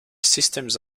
systems